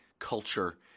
culture